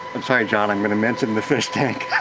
i'm sorry john, i'm gonna mention the fish tank.